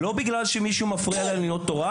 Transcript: לא בגלל שמישהו מפריע להם ללמוד תורה,